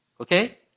okay